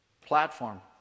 platform